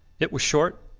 it was short,